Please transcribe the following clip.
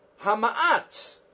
Hama'at